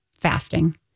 fasting